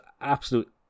absolute